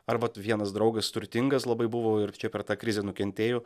arba vienas draugas turtingas labai buvo ir čia per tą krizę nukentėjo